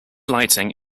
lighting